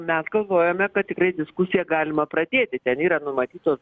mes galvojome kad tikrai diskusiją galima pradėti ten yra numatytos